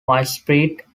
widespread